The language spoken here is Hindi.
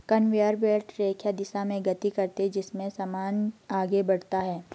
कनवेयर बेल्ट रेखीय दिशा में गति करते हैं जिससे सामान आगे बढ़ता है